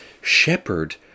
shepherd